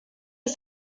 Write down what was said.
ist